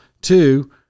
two